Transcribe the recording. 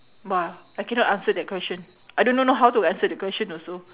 !wah! I cannot answer that question I don't know know how to answer that question also